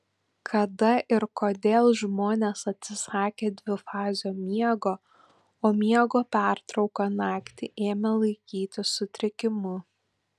kada ir kodėl žmonės atsisakė dvifazio miego o miego pertrauką naktį ėmė laikyti sutrikimu